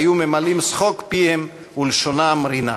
היו ממלאים שחוק פיהם ולשונם רינה,